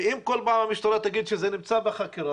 ואם כל פעם המשטרה תגיד שזה נמצא בחקירה